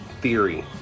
theory